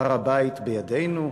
"הר-בית בידינו",